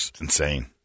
insane